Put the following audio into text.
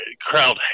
crowd